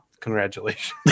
Congratulations